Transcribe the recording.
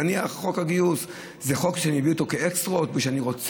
נניח חוק הגיוס זה חוק שאני אביא אותו כאקסטרות,